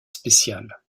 spéciale